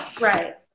right